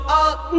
up